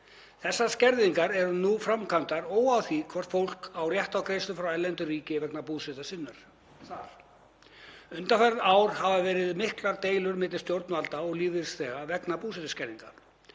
Þessar skerðingar eru nú framkvæmdar óháð því hvort fólk á rétt á greiðslum frá erlendu ríki vegna búsetu sinnar þar. Undanfarin ár hafa verið miklar deilur milli stjórnvalda og lífeyrisþega vegna búsetuskerðinga.